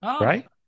Right